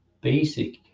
basic